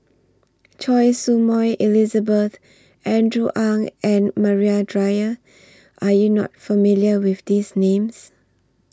Choy Su Moi Elizabeth Andrew Ang and Maria Dyer Are YOU not familiar with These Names